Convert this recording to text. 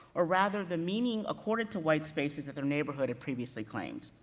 or rather the meaning accorded to white spaces, that their neighborhood had previously claimed.